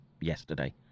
yesterday